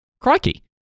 Crikey